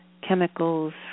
chemicals